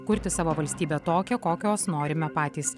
kurti savo valstybę tokią kokios norime patys